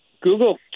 Google